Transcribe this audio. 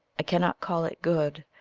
i cannot call it good.